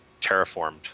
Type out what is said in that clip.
terraformed